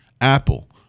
Apple